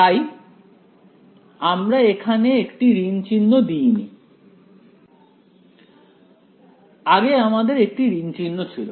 তাই আমরা এখানে একটি ঋণ চিহ্ন দিইনি আগে আমাদের একটি ঋণ চিহ্ন ছিল